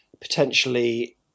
potentially